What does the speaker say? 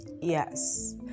Yes